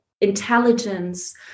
intelligence